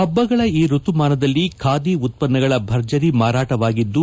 ಹಬ್ಬಗಳ ಈ ಋತುಮಾನದಲ್ಲಿ ಖಾದಿ ಉತ್ತನ್ನಗಳ ಭರ್ಜರಿ ಮಾರಾಟವಾಗಿದ್ದು